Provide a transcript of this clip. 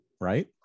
right